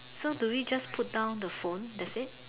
so do we just put down the phone that's it